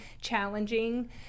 challenging